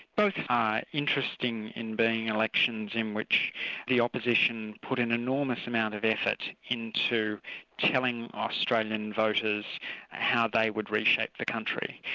both are interesting in being elections in which the opposition put an enormous amount of effort into telling australian voters how they would reshape the country,